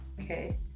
okay